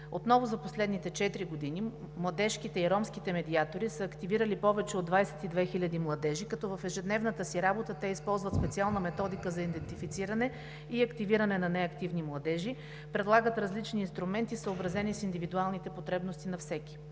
Отново за последните четири години младежките и ромските медиатори са активирали повече от 22 000 младежи, като в ежедневната си работа те използват специална методика за идентифициране и активиране на неактивни младежи, предлагат различни инструменти, съобразени с индивидуалните потребности на всеки.